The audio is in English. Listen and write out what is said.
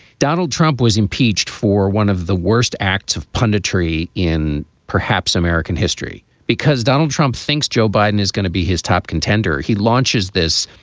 donald trump was impeached for one of the worst acts of punditry in perhaps american history because donald trump thinks joe biden is going to be his top contender. he launches this.